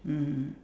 mm